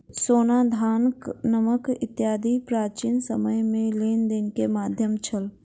सोना, धान, नमक इत्यादि प्राचीन समय में लेन देन के माध्यम छल